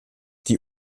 die